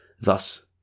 Thus